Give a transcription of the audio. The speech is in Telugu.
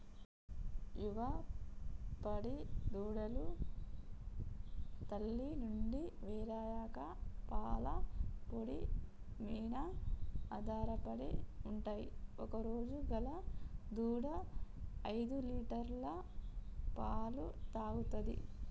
యువ పాడి దూడలు తల్లి నుండి వేరయ్యాక పాల పొడి మీన ఆధారపడి ఉంటయ్ ఒకరోజు గల దూడ ఐదులీటర్ల పాలు తాగుతది